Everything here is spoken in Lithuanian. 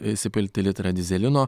įsipilti litrą dyzelino